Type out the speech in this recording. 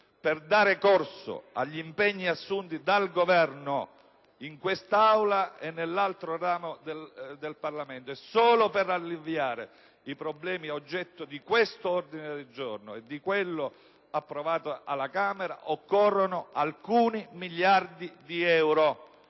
Per dare corso agli impegni assunti dal Governo in quest'Aula e nell'altro ramo del Parlamento e solo per alleviare i problemi oggetto di quest'ordine del giorno G101 e della mozione approvata dalla Camera, occorrono alcuni miliardi di euro,